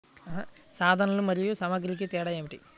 సాధనాలు మరియు సామాగ్రికి తేడా ఏమిటి?